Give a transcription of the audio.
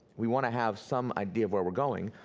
we want to have some idea of where we're going.